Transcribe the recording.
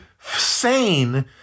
sane